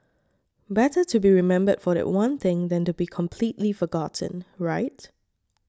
better to be remembered for that one thing than to be completely forgotten right